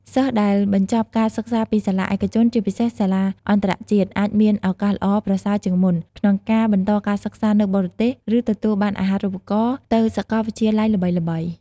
សិស្សដែលបញ្ចប់ការសិក្សាពីសាលាឯកជន ជាពិសេសសាលាអន្តរជាតិ អាចមាន ឱកាសល្អប្រសើរជាងមុន ក្នុងការបន្តការសិក្សានៅបរទេស ឬទទួលបានអាហារូបករណ៍ទៅសាកលវិទ្យាល័យល្បីៗ។